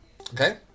Okay